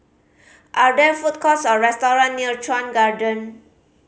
are there food courts or restaurant near Chuan Garden